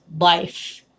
life